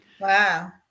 Wow